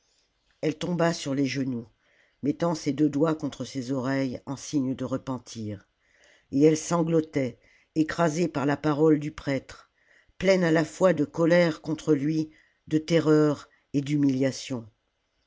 elle tomba sur les genoux mettant ses deux salammbô doigts contre ses oreilles en signe de repentir et elle sanglotait écrasée par la parole du prêtre pleine à la fois de colère contre lui de terreur et d'humiliation